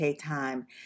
Time